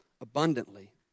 abundantly